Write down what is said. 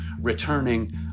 returning